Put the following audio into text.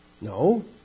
No